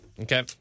Okay